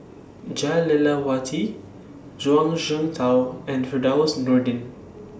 Jah Lelawati Zhuang Shengtao and Firdaus Nordin